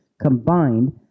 combined